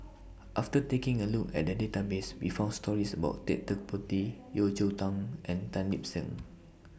after taking A Look At The Database We found stories about Ted De Ponti Yeo Cheow Tong and Tan Lip Seng